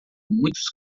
muitos